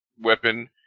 weapon